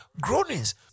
Groanings